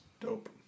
dope